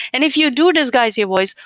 and if you do disguise your voice,